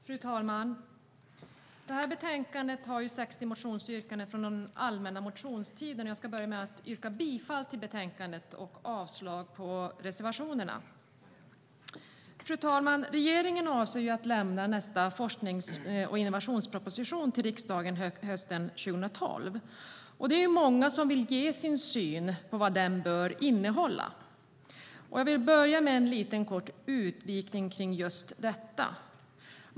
Fru talman! Detta betänkande behandlar 60 motionsyrkanden från den allmänna motionstiden. Jag börjar med att yrka bifall till utskottets förslag i betänkandet och avslag på reservationerna. Fru talman! Regeringen avser att lämna nästa forsknings och innovationsproposition till riksdagen hösten 2012. Många vill ge sin syn på vad den bör innehålla. Jag börjar med en liten utvikning om detta.